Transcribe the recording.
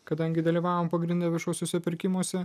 kadangi dalyvavome pagrindu viešuosiuose pirkimuose